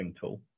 tool